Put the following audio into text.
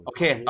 Okay